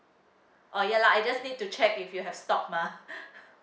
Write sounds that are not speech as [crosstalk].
oh ya lah I just need to check if you have stock mah [breath]